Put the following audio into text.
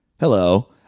Hello